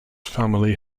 family